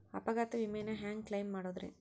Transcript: ಅಪಘಾತ ವಿಮೆನ ಹ್ಯಾಂಗ್ ಕ್ಲೈಂ ಮಾಡೋದ್ರಿ?